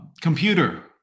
Computer